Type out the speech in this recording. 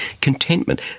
Contentment